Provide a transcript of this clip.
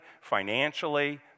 financially